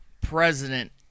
president